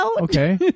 Okay